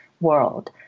world